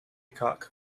cock